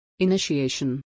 Initiation